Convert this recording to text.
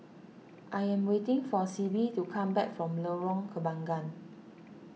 I am waiting for Sibbie to come back from Lorong Kembangan